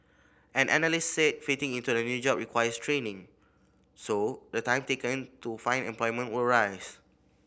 an analyst said fitting into a new job requires training so the time taken to find employment will rise